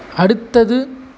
அடுத்தது